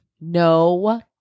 No